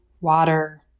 water